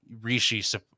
Rishi